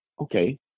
Okay